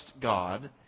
God